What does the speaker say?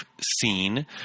seen